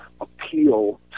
appeal